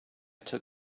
took